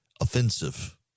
offensive